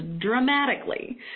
dramatically